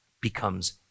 becomes